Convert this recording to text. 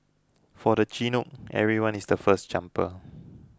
for the Chinook everyone is the first jumper